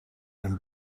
and